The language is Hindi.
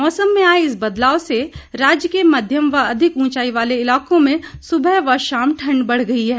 मौसम में आये इस बदलाव से राज्य के मध्यम व अधिक ऊंचाई वाले इलाकों में सुबह शाम ठंड बढ़ गई है